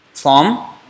form